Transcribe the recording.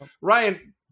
Ryan –